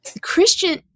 Christian